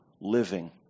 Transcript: living